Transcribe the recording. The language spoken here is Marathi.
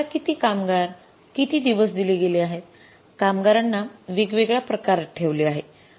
आता आपल्याला किती कामगार किती दिवस दिले गेले आहेत कामगारांना वेगवेगळ्या प्रकारात ठेवले आहे